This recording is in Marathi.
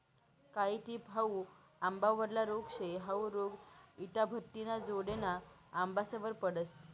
कायी टिप हाउ आंबावरला रोग शे, हाउ रोग इटाभट्टिना जोडेना आंबासवर पडस